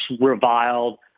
reviled